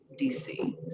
DC